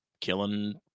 killing